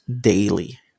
daily